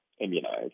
immunized